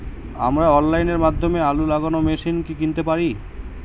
আমরা অনলাইনের মাধ্যমে আলু লাগানো মেশিন কি কিনতে পারি?